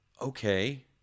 okay